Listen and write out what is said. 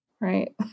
right